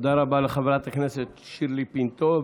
תודה רבה לחברת הכנסת שירלי פינטו.